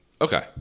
Okay